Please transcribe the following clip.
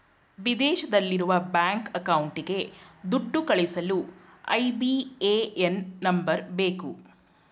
ವಿದೇಶದಲ್ಲಿರುವ ಬ್ಯಾಂಕ್ ಅಕೌಂಟ್ಗೆ ದುಡ್ಡು ಕಳಿಸಲು ಐ.ಬಿ.ಎ.ಎನ್ ನಂಬರ್ ಬೇಕು